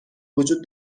وجود